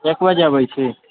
एक बजे आबै छी